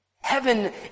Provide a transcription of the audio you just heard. Heaven